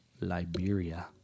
Liberia